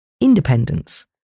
independence